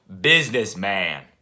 businessman